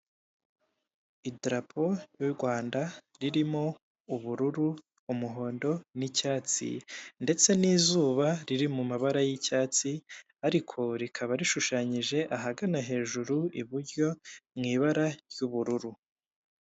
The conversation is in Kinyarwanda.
Idarapo ry'u Rwanda ririmo ubururu, umuhondo n'icyatsi ndetse n'izuba riri mu mabara y'icyatsi ariko rikaba rishushanyije ahagana hejuru iburyo mu ibara ry'ubururu.